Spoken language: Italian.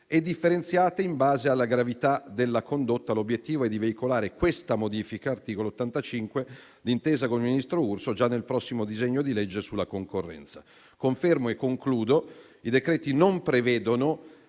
e differenziate in base alla gravità della condotta. L'obiettivo è di veicolare questa modifica (articolo 85) d'intesa con il ministro Urso già nel prossimo disegno di legge sulla concorrenza. Confermo che i decreti non prevedono